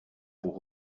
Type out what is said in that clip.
pour